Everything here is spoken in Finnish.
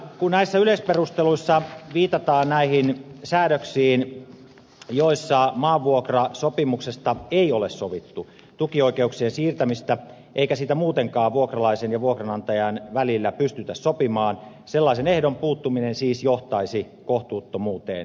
näissä yleisperusteluissa viitataan säädöksiin siitä tilanteesta että maanvuokrasopimuksessa ei ole sovittu tukioikeuksien siirtymisestä eikä siitä muutenkaan vuokralaisen ja vuokranantajan välillä pystytä sopimaan jolloin sellaisen ehdon puuttuminen siis johtaisi kohtuuttomuuteen